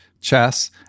chess